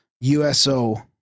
USO